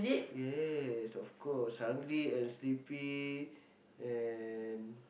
yes of course hungry and sleepy and